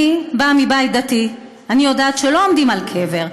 אני באה מבית דתי, אני יודעת שלא עומדים על קבר.